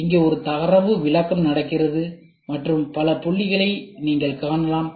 இங்கே ஒரு தரவு விளக்கம் நடக்கிறது மற்றும் பல புள்ளிகளை நீங்கள் காணலாம்